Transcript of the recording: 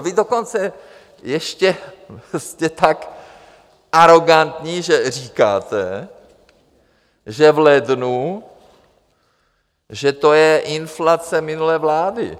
Vy dokonce ještě jste tak arogantní, že říkáte, že v lednu, že to je inflace minulé vlády.